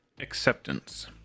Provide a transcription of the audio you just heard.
acceptance